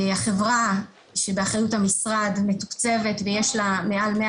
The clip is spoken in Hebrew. החברה שבאחריות המשרד מתוקצבת ויש לה מעל 100